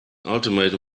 ultimatum